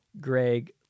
Greg